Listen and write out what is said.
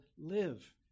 live